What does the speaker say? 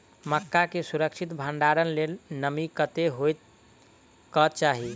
मक्का केँ सुरक्षित भण्डारण लेल नमी कतेक होइ कऽ चाहि?